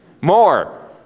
More